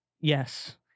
Yes